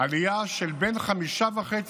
עלייה של בין 5.5%